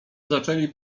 zaczęli